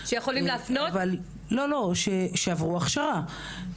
שהם עברו הכשרה.